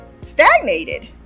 stagnated